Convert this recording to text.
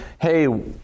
hey